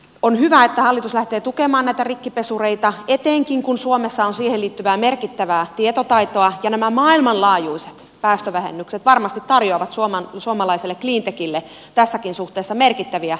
on hyvä että hallitus lähtee tukemaan näitä rikkipesureita etenkin kun suomessa on siihen liittyvää merkittävää tietotaitoa ja nämä maailmanlaajuiset päästövähennykset varmasti tarjoavat suomalaiselle cleantechille tässäkin suhteessa merkittäviä vientimahdollisuuksia